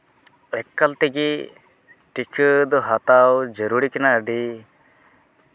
ᱮᱠᱟᱞ ᱛᱮᱜᱮ ᱴᱤᱠᱟᱹ ᱫᱚ ᱦᱟᱛᱟᱣ ᱡᱟᱹᱨᱩᱲᱤ ᱠᱟᱱᱟ ᱟᱹᱰᱤ